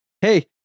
hey